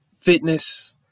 fitness